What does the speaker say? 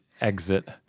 exit